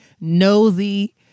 nosy